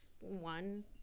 one